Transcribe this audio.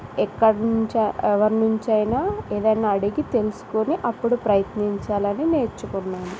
ఎక్కడి నుంచి ఎవరి నుంచైనా ఏదన్నా అడిగి తెలుసుకొని అప్పుడు ప్రయత్నించాలని నేర్చుకున్నాను